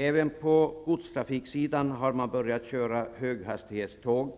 Även på godstrafiksidan har man börjat köra höghastighetståg.